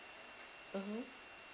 mmhmm